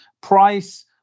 price